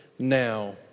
Now